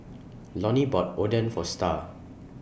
Lonny bought Oden For Starr